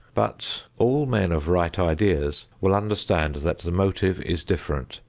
but all men of right ideas will understand that the motive is different,